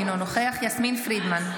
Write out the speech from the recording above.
אינו נוכח יסמין פרידמן,